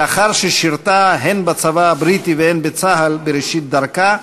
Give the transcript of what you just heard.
לאחר ששירתה הן בצבא הבריטי והן בצה"ל בראשית דרכה,